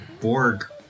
Borg